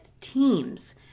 teams